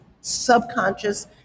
subconscious